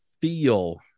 feel